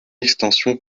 extension